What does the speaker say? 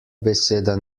beseda